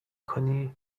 کنی